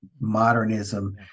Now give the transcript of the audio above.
modernism